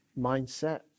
mindset